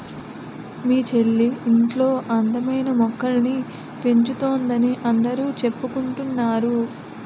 మీ చెల్లి ఇంట్లో అందమైన మొక్కల్ని పెంచుతోందని అందరూ చెప్పుకుంటున్నారు